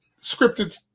scripted